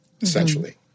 essentially